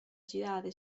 girare